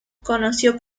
conoció